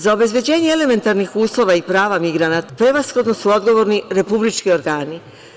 Za obezbeđenje elementarnih uslova i prava migranata prevashodno su odgovorni republički organi.